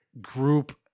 group